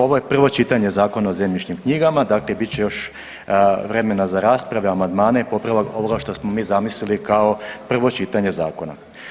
Ovo je prvo čitanje Zakona o zemljišnim knjigama, dakle bit će još vremena za rasprave, amandmane i popravak ovoga što smo mi zamislili kao prvo čitanje zakona.